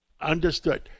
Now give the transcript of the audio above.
Understood